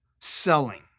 selling